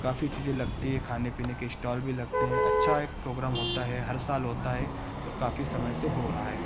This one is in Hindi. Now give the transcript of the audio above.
काफी चीजें लगती हैं खाने पीने के स्टाॅल भी लगते हैं अच्छा एक प्रोग्राम होता है हर साल होता है और काफी समय से हो रहा है